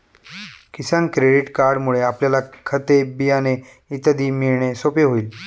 किसान credit कार्डमुळे आपल्याला खते, बियाणे इत्यादी मिळणे सोपे होईल